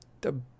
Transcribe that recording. The